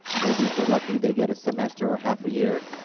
maybe if they're lucky, they get a semester or half a year